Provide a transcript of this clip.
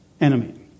enemy